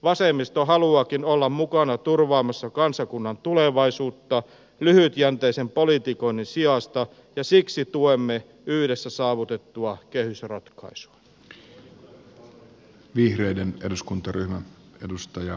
vasemmisto haluaakin olla mukana turvaamassa kansakunnan tulevaisuutta lyhytjänteisen politikoinnin sijasta ja siksi tuemme yhdessä saavutettua kehysratkaisua